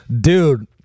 Dude